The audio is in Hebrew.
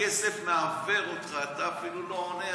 הכסף מעוור אותך, אתה אפילו לא עונה.